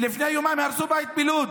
לפני יומיים הרסו בית בלוד.